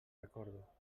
recordo